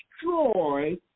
destroy